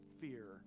fear